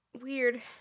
Weird